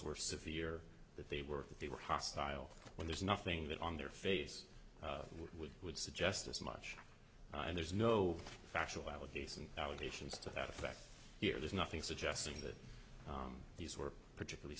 were severe that they were that they were hostile when there's nothing that on their face which would suggest as much and there's no factual allegations and allegations to that effect here there's nothing suggesting that these were particularly